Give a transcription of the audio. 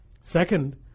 Second